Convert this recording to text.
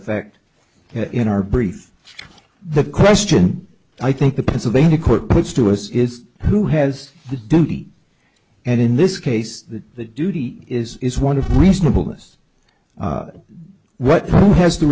effect in our brief the question i think the pennsylvania court puts to us is who has the duty and in this case that the duty is is one of reasonable this what has the